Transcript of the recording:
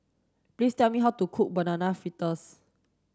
please tell me how to cook banana fritters